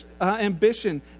ambition